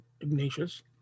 Ignatius